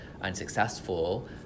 unsuccessful